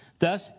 Thus